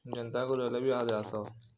ଯେନ୍ତା କରି ହେଲେ ବି ଇହାଦେ ଆସ